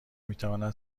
میتواند